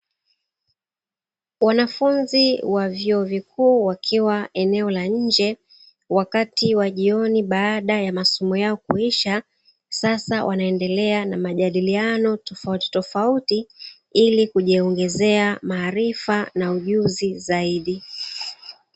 Wanafunzi wa vyuo vikuu wakiwa eneo la nje, wakati wa jioni baada ya masomo yao kuisha. Sasa wanaendelea na majadiliano tofautitofauti, ili kujiongezea maarifa na ujuzi zaidi.